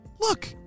Look